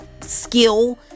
skill